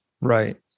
Right